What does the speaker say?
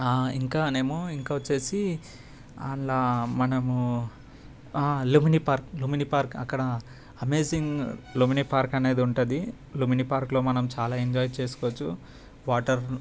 ఇంకానేమో ఇంకా వచ్చేసి అందులో మనము లుమిని పార్క్ లుమిని పార్క్ అక్కడ అమేజింగ్ లుమిని పార్క్ అనేది ఉంటుంది లుమిని పార్క్లో మనం చాలా ఎంజాయ్ చేసుకోవచ్చు వాటర్